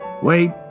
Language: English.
Wait